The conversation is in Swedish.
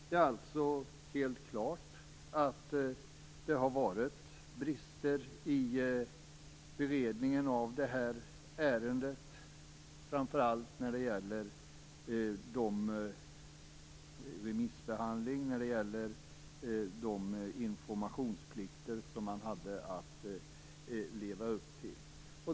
Det är alltså helt klart att det har varit brister i beredningen av detta ärende, framför allt när det gäller remissbehandlingen och de informationsplikter som regeringen hade att leva upp till.